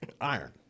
iron